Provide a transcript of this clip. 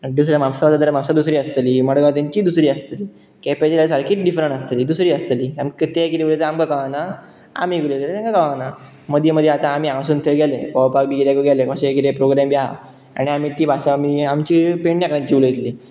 आनी दुसऱ्या म्हापसा वचत जाल्यार म्हापसा दुसरी आसतली मडगांव तांची दुसरी आसतली केपेंचीं जाल्यार सारकीच डिफरंट आसतली दुसरी आसतली आमकां तें कितें उलयता आमकां कळना आमी उलयता तें तांकां कळना मदीं मदीं आतां आमी हांगासून थंय गेले पोवपाक बी गेले किद्याकय गेले कशें कितें प्रोग्राम आसा आनी आमी ती भासा आमी आमची पेडण्याकाऱ्यांची उलयतली